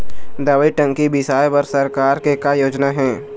दवई टंकी बिसाए बर सरकार के का योजना हे?